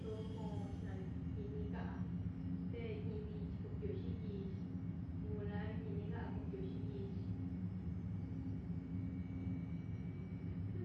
to kon lliani ini ga llte inbich to tio llibich onlai iniga tio lliill